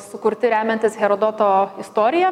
sukurti remiantis herodoto istorija